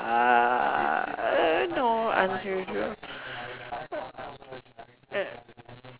err no unusual